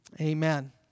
Amen